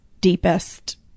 deepest